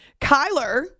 Kyler